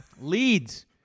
Leads